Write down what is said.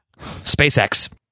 SpaceX